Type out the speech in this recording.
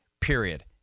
period